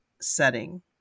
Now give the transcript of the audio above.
setting